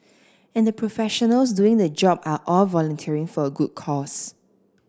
and the professionals doing the job are all volunteering for a good cause